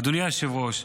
אדוני היושב-ראש,